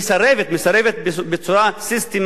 מסרבת בצורה סיסטמטית,